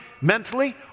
mentally